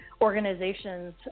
organizations